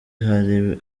hari